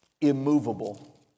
immovable